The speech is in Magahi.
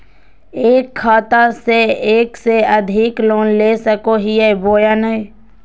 एक खाता से एक से अधिक लोन ले सको हियय बोया नय?